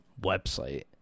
website